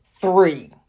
three